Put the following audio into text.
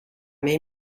made